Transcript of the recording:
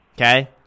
okay